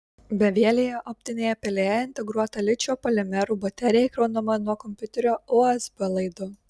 bevielėje optinėje pelėje integruota ličio polimerų baterija įkraunama nuo kompiuterio usb laidu